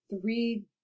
three